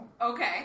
Okay